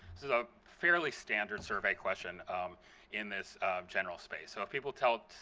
this is a fairly standard survey question in this general space. so if people tell